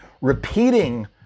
repeating